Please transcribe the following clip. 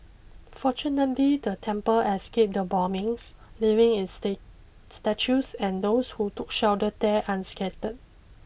fortunately the temple escaped the bombings leaving its state statues and those who took shelter there unscattered